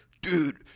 dude